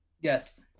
yes